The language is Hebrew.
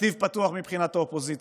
נתיב פתוח מבחינת האופוזיציה.